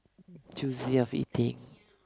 choosy of eating